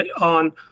on